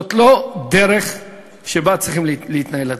זאת לא הדרך שבה צריכים להתנהל הדברים.